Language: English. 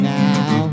now